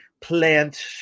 plant